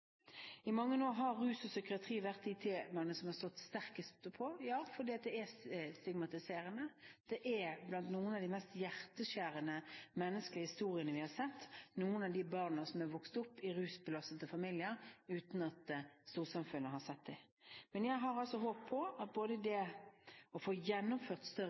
I mange år har rus og psykiatri vært de temaene som vi har stått sterkest på for, fordi det er stigmatiserende – blant disse er noen av de mest hjerteskjærende menneskelige historiene vi har sett om noen av de barna som har vokst opp i rusbelastede familier uten at storsamfunnet har sett dem. Men jeg har altså håp om å få gjennomført større